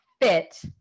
fit